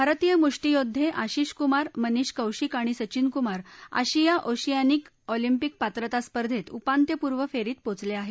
भारतीय मुष्टीयोद्वे आशिषकुमार मनिष कौशिक आणि Sachin Kumar Asia Oceania Olympic पात्रता स्पर्धेत उपान्य पूर्व फेरीत पोचले आहेत